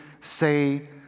say